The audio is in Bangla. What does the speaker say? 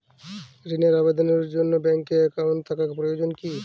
ঋণের আবেদন জানানোর জন্য ব্যাঙ্কে অ্যাকাউন্ট থাকা প্রয়োজন কী?